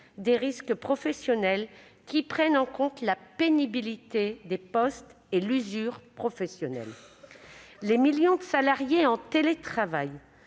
des risques professionnels qui prenne en compte la pénibilité des postes et l'usure professionnelle. Les millions de salariés en télétravail